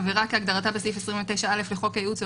עבירה כהגדרתה בסעיף 29(א) לחוק הייעוץ או